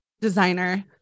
designer